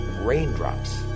raindrops